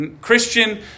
Christian